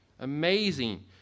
Amazing